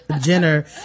jenner